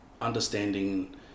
Understanding